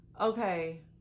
okay